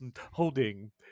Holding